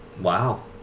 wow